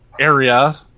area